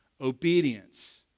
Obedience